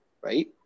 right